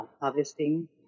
harvesting